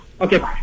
Okay